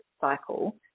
cycle